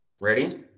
Ready